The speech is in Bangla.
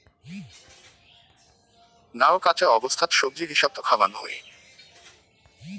নাউ কাঁচা অবস্থাত সবজি হিসাবত খাওয়াং হই